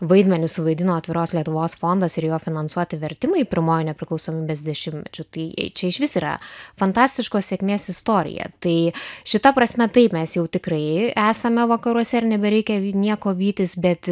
vaidmenį suvaidino atviros lietuvos fondas ir jo finansuoti vertimai pirmuoju nepriklausomybės dešimtmečiu tai čia išvis yra fantastiškos sėkmės istorija tai šita prasme tai mes jau tikrai esame vakaruose ir nebereikia nieko vytis bet